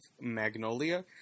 Magnolia